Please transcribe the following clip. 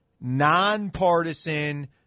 nonpartisan